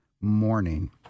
morning